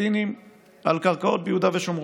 פלסטינים על קרקעות ביהודה ושומרון.